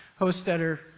Hostetter